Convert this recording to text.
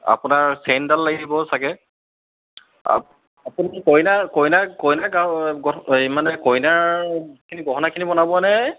আপোনাৰ চেইনডাল লাগিব চাগে আপুনি কইনা কইনা কইনা এই মানে কইনাৰখিনি গহনাখিনি বনাবনে